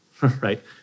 right